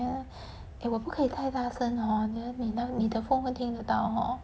eh 我不可以太大声 hor then 等下你那边你的 phone 会听得到 hor